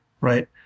right